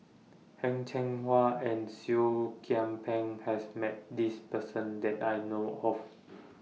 Heng Cheng Hwa and Seah Kian Peng has Met This Person that I know of